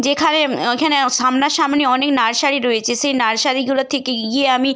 যেখানে ওখানে সামনা সামনি অনেক নার্সারি রয়েছে সেই নার্সারিগুলো থেকে গিয়ে আমি